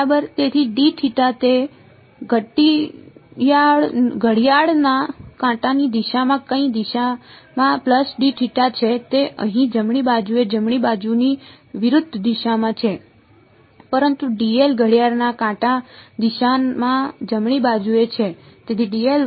બરાબર તેથી તે ઘડિયાળના કાંટાની દિશામાં કઈ દિશામાં છે તે અહીં જમણી બાજુએ જમણી બાજુની વિરુદ્ધ દિશામાં છે પરંતુ ઘડિયાળના કાંટાની દિશામાં જમણી બાજુએ છે